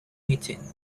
meeting